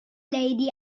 lady